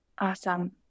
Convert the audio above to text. Awesome